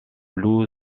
loup